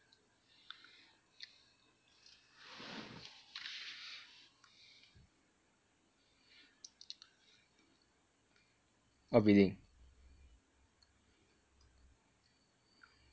what bidding